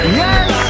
yes